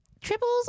triples